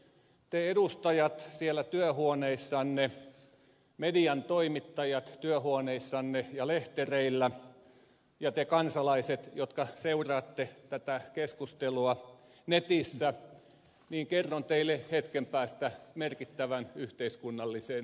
te edustajat siellä työhuoneissanne median toimittajat työhuoneissanne ja lehtereillä ja te kansalaiset jotka seuraatte tätä keskustelua netissä kerron teille hetken päästä merkittävän yhteiskunnallisen uutisen